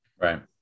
Right